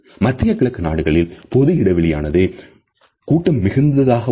மத்திய கிழக்கு நாடுகளில் பொது இடைவெளி ஆனது கூட்டம் மிகுந்ததாக உள்ளது